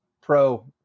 pro